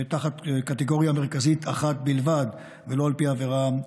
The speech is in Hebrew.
תחת קטגוריה מרכזית אחת בלבד ולא על פי העבירה.